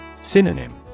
Synonym